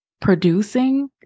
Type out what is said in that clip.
producing